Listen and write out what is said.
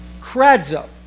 Kradzo